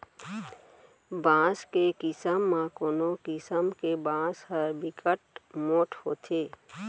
बांस के किसम म कोनो किसम के बांस ह बिकट मोठ होथे